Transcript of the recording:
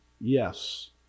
Yes